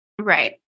Right